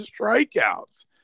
strikeouts